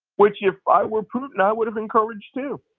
which if i were putin, i would have encouraged, too.